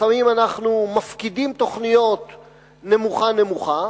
לפעמים אנחנו מפקידים תוכניות נמוכה-נמוכה,